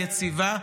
יציבה,